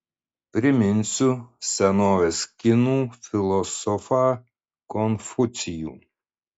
priminsiu senovės kinų filosofą konfucijų